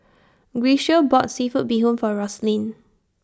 Grecia bought Seafood Bee Hoon For Roslyn